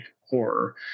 horror